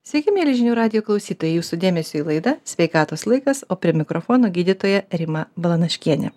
sveiki mieli žinių radijo klausytojai jūsų dėmesiui laida sveikatos laikas o prie mikrofono gydytoja rima balanaškienė